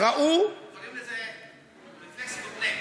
ראו, נחמן, קוראים לזה רפלקס מותנה.